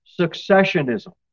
successionism